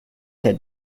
that